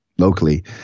locally